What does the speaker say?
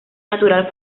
natural